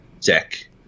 deck